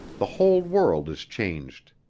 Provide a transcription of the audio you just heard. the whole world is changed.